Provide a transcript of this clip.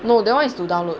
no that one is to download